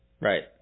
Right